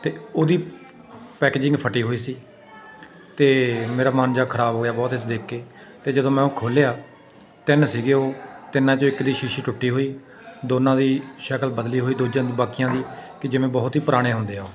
ਅਤੇ ਉਹਦੀ ਪੈਕਜਿੰਗ ਫਟੀ ਹੋਈ ਸੀ ਅਤੇ ਮੇਰਾ ਮਨ ਜਿਹਾ ਖਰਾਬ ਹੋਇਆ ਬਹੁਤ ਇਸ ਦੇਖ ਕੇ ਅਤੇ ਜਦੋਂ ਮੈਂ ਉਹ ਖੋਲ੍ਹਿਆ ਤਿੰਨ ਸੀਗੇ ਉਹ ਤਿੰਨਾਂ 'ਚੋਂ ਇੱਕ ਦੀ ਸ਼ੀਸ਼ੀ ਟੁੱਟੀ ਹੋਈ ਦੋਨਾਂ ਦੀ ਸ਼ਕਲ ਬਦਲੀ ਹੋਈ ਦੂਜੇ ਬਾਕੀਆਂ ਦੀ ਕਿ ਜਿਵੇਂ ਬਹੁਤ ਹੀ ਪੁਰਾਣੇ ਹੁੰਦੇ ਆ ਉਹ